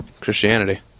Christianity